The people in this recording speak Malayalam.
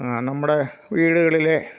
നമ്മുടെ വീടുകളിലെ